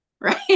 right